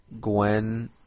Gwen